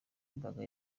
mbaga